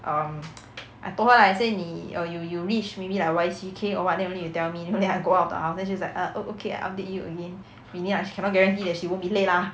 um I told her lah I say 你 err you you reach maybe like Y_C_K or what already then you tell me then I go out of the house then she's like ah o~ o~ okay I update you again meaning like she cannot guarantee that she won't be late lah